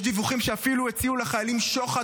יש דיווחים שאפילו הציעו לחיילים שוחד,